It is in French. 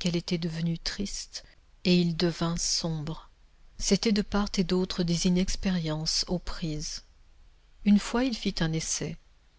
qu'elle était devenue triste et il devint sombre c'était de part et d'autre des inexpériences aux prises une fois il fit un essai